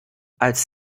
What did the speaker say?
als